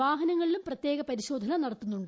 വാഹനങ്ങളിലും പ്രത്യേക പരിശോധന നടത്തുന്നുണ്ട്